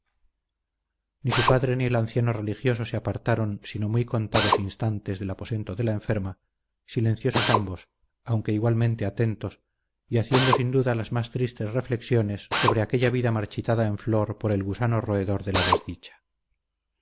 ni su padre ni el anciano religioso se apartaron sino muy contados instantes del aposento de la enferma silenciosos ambos aunque igualmente atentos y haciendo sin duda las más tristes reflexiones sobre aquella vida marchitada en flor por el gusano roedor de la desdicha